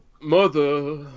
Mother